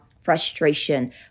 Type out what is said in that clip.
frustration